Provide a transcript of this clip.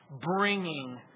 bringing